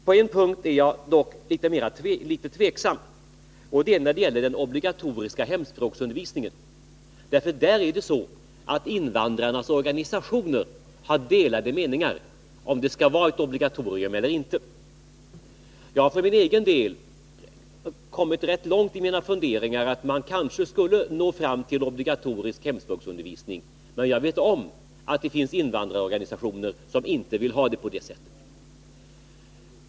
På en punkt är jag dock litet tveksam, och det är när det gäller den obligatoriska hemspråksundervisningen, för där är det så att invandrarnas organisation har delade meningar, om det skall vara ett obligatorium eller inte. Jag har för egen del kommit rätt långt i mina funderingar att man kanske skulle nå fram till obligatorisk hemspråksundervisning, men jag vet om att det finns invandrarorganisationer som inte vill ha det på det sättet.